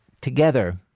together